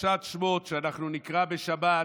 בפרשת שמות, שאנחנו נקרא בשבת: